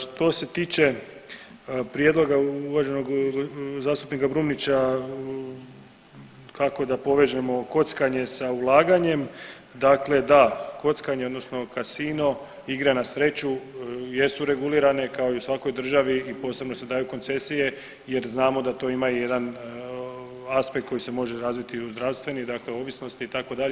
Što se tiče prijedloga uvaženog zastupnika Brumnića kako da povežemo kockanje sa ulaganjem, dakle da kockanje odnosno kasino, igre na sreću jesu regulirane kao i u svakoj državi i posebno se daju koncesije jer znamo da to ima i jedan aspekt koji se može razviti u zdravstveni, dakle ovisnosti itd.